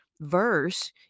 verse